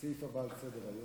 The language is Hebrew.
הסעיף הבא על סדר-היום,